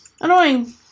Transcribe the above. Annoying